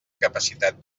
capacitat